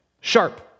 Sharp